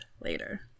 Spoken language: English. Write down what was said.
later